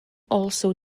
also